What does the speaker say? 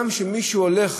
כשמישהו הולך,